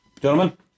Gentlemen